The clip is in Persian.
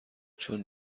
چون